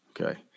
okay